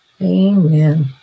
Amen